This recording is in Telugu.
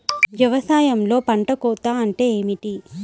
వ్యవసాయంలో పంట కోత అంటే ఏమిటి?